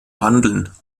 handeln